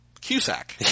Cusack